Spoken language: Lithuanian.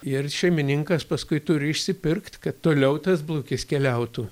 ir šeimininkas paskui turi išsipirkt kad toliau tas blukis keliautų